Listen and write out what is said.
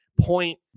point